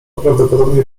prawdopodobnie